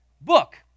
book